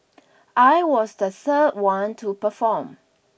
I was the third one to perform